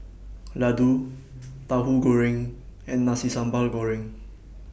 Laddu Tahu Goreng and Nasi Sambal Goreng